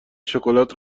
شکلات